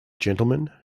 gentlemen